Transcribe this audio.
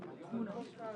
גברתי מנהלת הוועדה,